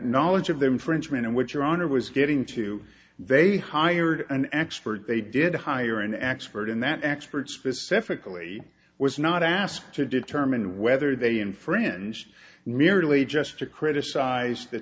knowledge of them frenchman and what your honor was getting to they hired an expert they did hire an expert in that expert specifically was not asked to determine whether they infringed merely just to criticize the